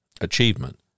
Achievement